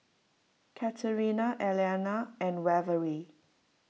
Katerina Elliana and Waverly